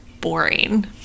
boring